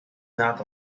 not